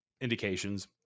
indications